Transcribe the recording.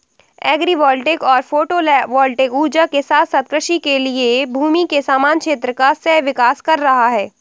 agri voltaic सौर photovoltaic ऊर्जा के साथ साथ कृषि के लिए भूमि के समान क्षेत्र का सह विकास कर रहा है